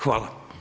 Hvala.